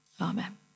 Amen